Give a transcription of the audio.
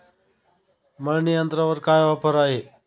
मळणी यंत्रावर काय ऑफर आहे?